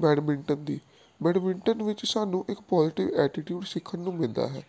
badminton ਦੀ badminton ਵਿੱਚ ਸਾਨੂੰ ਇੱਕ ਪੋਜੀਟਿਵ ਐਟੀਟਿਊਡ ਸਿੱਖਣ ਨੂੰ ਮਿਲਦਾ ਹੈ